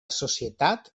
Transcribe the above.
societat